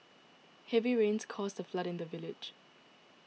heavy rains caused a flood in the village